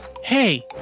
Hey